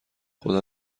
خدا